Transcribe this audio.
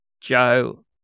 Joe